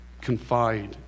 Confide